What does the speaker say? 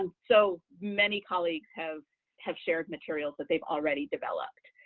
um so many colleagues have have shared materials that they've already developed.